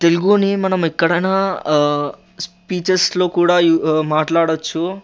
తెలుగుని మనం ఎక్కడయినా స్పీచెస్లో కూడా యూ మాట్లాడచ్చు